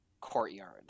courtyard